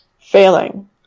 failing